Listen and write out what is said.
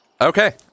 Okay